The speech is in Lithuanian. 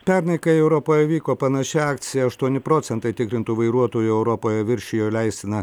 pernai kai europoje vyko panaši akcija aštuoni procentai tikrintų vairuotojų europoje viršijo leistiną